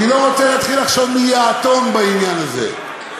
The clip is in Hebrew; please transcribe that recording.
אני לא רוצה להתחיל לחשוב מי היא האתון בעניין הזה.